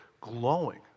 glowing